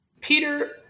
Peter